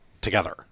together